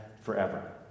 forever